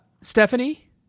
stephanie